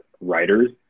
writers